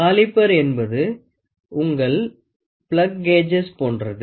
caliper என்பது உங்கள் plug gauges போன்றது